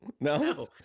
No